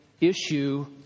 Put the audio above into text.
issue